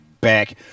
back